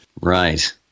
Right